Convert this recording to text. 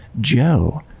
Joe